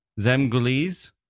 Zemgulis